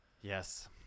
Yes